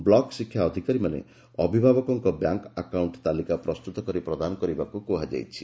block ଶିକ୍ଷା ଅଧିକାରୀମାନେ ଅଭିଭାବକଙ୍କ ବ୍ୟାଙ୍କ୍ ଆକାଉଣ୍କ ତାଲିକା ପ୍ରସ୍ରତ କରି ପ୍ରଦାନ କରିବାକୁ କୁହାଯାଇଛି